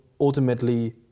ultimately